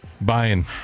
Buying